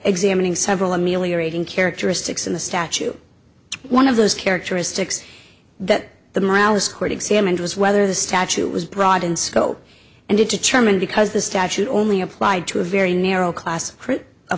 examining several ameliorating characteristics in the statue one of those characteristics that the morale is quite examined was whether the statute was broad in scope and determined because the statute only applied to a very narrow class